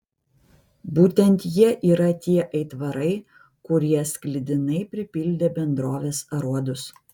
būtent jie yra tie aitvarai kurie sklidinai pripildė bendrovės aruodus